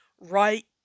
right